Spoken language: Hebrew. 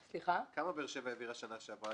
כמה באר שבע העבירה בשנה שעברה?